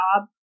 job